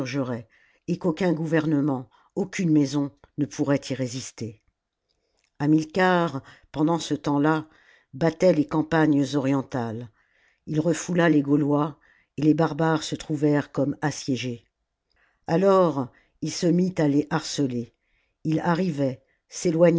et qu'aucun gouvernement aucune maison ne pourrait y résister hamilcar pendant ce temps-là battait les campagnes orientales il refoula les gaulois et les barbares se trouvèrent comme assiégés alors il se mit à les harceler il arrivait